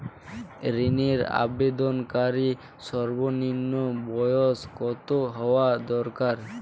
ঋণের আবেদনকারী সর্বনিন্ম বয়স কতো হওয়া দরকার?